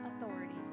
authority